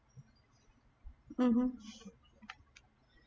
mmhmm